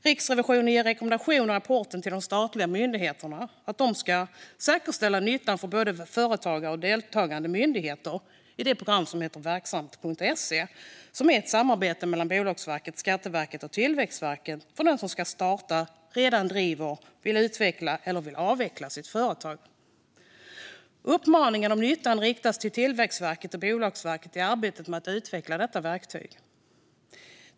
Riksrevisionen ger i rapporten rekommendationer till de statliga myndigheterna att säkerställa nyttan för både företagare och deltagande myndigheter i verksamt.se, som är ett samarbete mellan Bolagsverket, Skatteverket och Tillväxtverket för den som ska starta, redan driver, vill utveckla eller ska avveckla ett företag. Uppmaningen om nyttan riktas till Tillväxtverket och Bolagsverket i arbetet med att utveckla detta verktyg.